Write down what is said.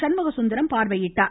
சண்முகசுந்தரம் பார்வையிட்டார்